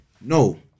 no